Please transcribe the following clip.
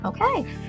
Okay